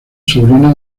sobrino